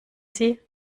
sie